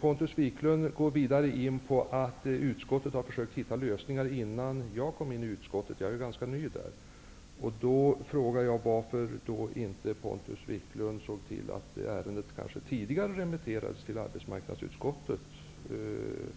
Pontus Wiklund går vidare in på att utskottet har försökt hitta lösningar innan jag kom in i utskottet. Jag är ju ganska ny där. Varför såg då Pontus Wiklund inte till att ärendet tidigare remitterades till arbetsmarknadsutskottet